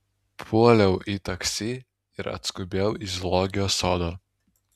puoliau į taksi ir atskubėjau į zoologijos sodą